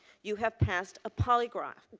you have passed a polygraph,